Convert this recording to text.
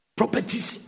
properties